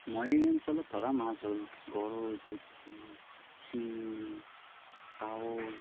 মই এই অঞ্চলত ধৰা মাছ হ'ল গৰৈ পুঠি শিঙি কাৱৈ